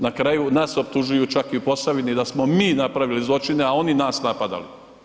Na kraju nas optužuju čak u i Posavini da smo mi napravili zločine a oni nas napadali.